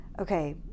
okay